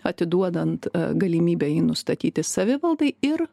atiduodant galimybę jį nustatyti savivaldai ir